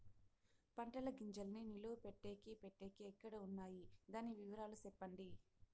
పంటల గింజల్ని నిలువ పెట్టేకి పెట్టేకి ఎక్కడ వున్నాయి? దాని వివరాలు సెప్పండి?